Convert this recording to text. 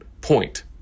point